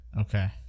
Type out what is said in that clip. Okay